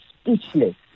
speechless